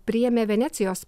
priėmė venecijos